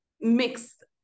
mixed